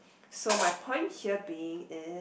so my point here being is